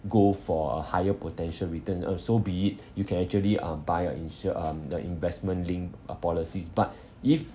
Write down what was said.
go for a higher potential return uh so be it you can actually um buy uh insured um the investment linked uh policies but if